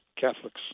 Catholics